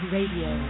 Radio